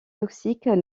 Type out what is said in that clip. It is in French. toxiques